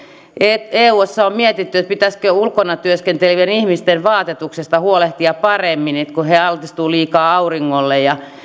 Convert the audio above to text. eussa on mietitty pitäisikö ulkona työskentelevien ihmisten vaatetuksesta huolehtia paremmin kun he altistuvat liikaa auringolle ja